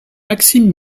maxime